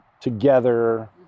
together